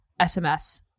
SMS